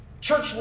Church